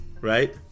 right